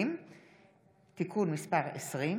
20),